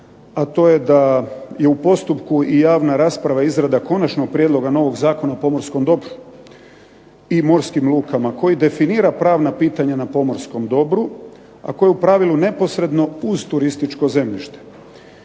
a to je da je u postupku i javna rasprava, izrada Konačnog prijedloga novog Zakona o pomorskom dobru i morskim lukama koji definira pravna pitanja na pomorskom dobru, a koje je u pravilu neposredno uz turističko zemljište.